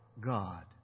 God